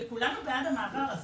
וכולנו בעד המעבר הזה,